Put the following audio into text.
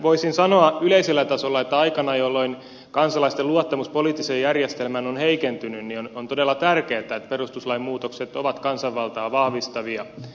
voisin sanoa yleisellä tasolla että aikana jolloin kansalaisten luottamus poliittiseen järjestelmään on heikentynyt on todella tärkeätä että perustuslain muutokset ovat kansanvaltaa vahvistavia